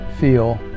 feel